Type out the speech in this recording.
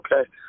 okay